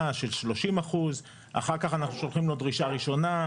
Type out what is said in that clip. של 30%; אחר כך אנחנו שולחים לו דרישה ראשונה,